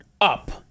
up